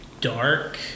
dark